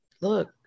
look